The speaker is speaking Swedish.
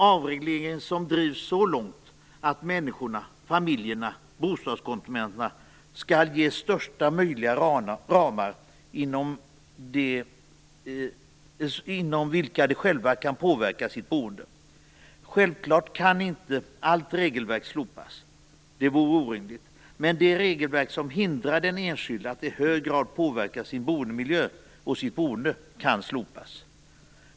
Avregleringen drivs så långt att människorna, familjerna, bostadskonsumenterna, skall ges största möjliga ramar inom vilka de själva kan påverka sitt boende. Självklart kan inte allt regelverk slopas. Det vore orimligt. Men det regelverk som hindrar den enskilde att i hög grad påverka sin boendemiljö och sitt boende, kan slopas.